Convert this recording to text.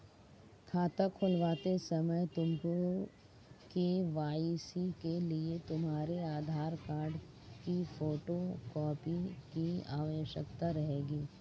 खाता खुलवाते समय तुमको के.वाई.सी के लिए तुम्हारे आधार कार्ड की फोटो कॉपी की आवश्यकता रहेगी